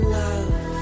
love